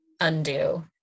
undo